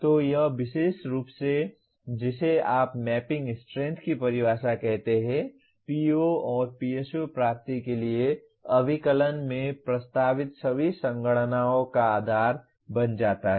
तो यह विशेष रूप से जिसे आप मैपिंग स्ट्रेंथ की परिभाषा कहते हैं POPSO प्राप्ति के लिए अभिकलन में प्रस्तावित सभी संगणनाओं का आधार बन जाता है